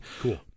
Cool